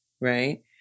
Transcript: Right